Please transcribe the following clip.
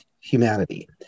humanity